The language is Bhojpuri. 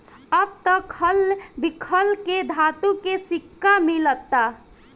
अब त खल बिखल के धातु के सिक्का मिलता